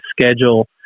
schedule